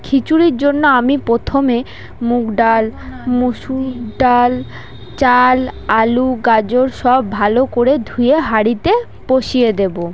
খিচুড়ির জন্য আমি প্রথমে মুগ ডাল মসুর ডাল চাল আলু গাজর সব ভালো করে ধুয়ে হাঁড়িতে বসিয়ে দেবো